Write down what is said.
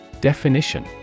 Definition